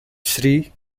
shri